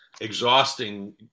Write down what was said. exhausting